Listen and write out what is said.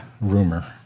rumor